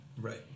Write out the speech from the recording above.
Right